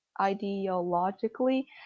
ideologically